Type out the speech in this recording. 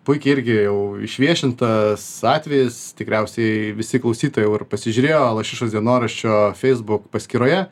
puikiai irgi jau išviešintas atvejis tikriausiai visi klausytojai jau ir pasižiūrėjo lašišos dienoraščio facebook paskyroje